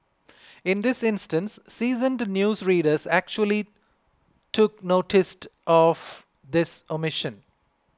in this instance seasoned news readers actually took noticed of this omission